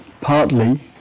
Partly